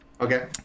Okay